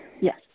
Yes